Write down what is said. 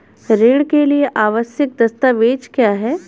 ऋण के लिए आवश्यक दस्तावेज क्या हैं?